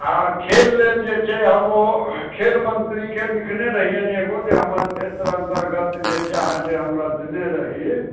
आओर खेल लेल जे छै हम ओ खेल मंत्रीकेँ लिखने रहियनि एगो जे हमर क्षेत्र अन्तर्गत जे छै अहाँ जे हमरा देने रही